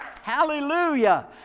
Hallelujah